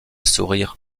sourire